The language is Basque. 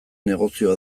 negozioa